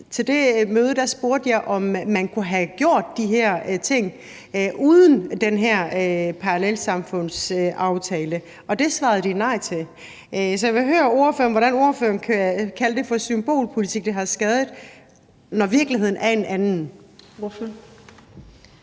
til det møde spurgte jeg, om man kunne have gjort de her ting uden den her parallelsamfundsaftale, og det svarede de nej til. Så jeg vil høre ordføreren, hvordan ordføreren kan kalde det for symbolpolitik, der har skadet, når virkeligheden er en anden.